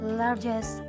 largest